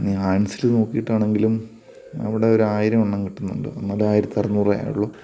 പിന്നെ ആൻസില് നോക്കീട്ടാണെങ്കിലും അവിടെ ഒരായിരം എണ്ണം കിട്ടുന്നുണ്ട് അന്നേരം ആയിരത്തറുന്നൂറേ ആയുള്ളു